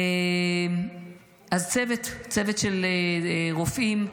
הצוות, צוות של רופאים,